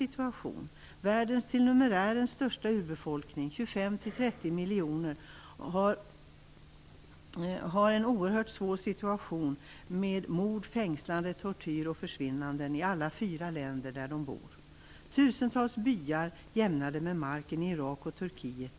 Kurderna, världens till numerären största urbefolkning, 25-30 miljoner människor, har en oerhört svår situation med mord, fängslande, tortyr och försvinnanden i alla de fyra länder där de bor. Tusentals byar har jämnats med marken i Irak och Turkiet.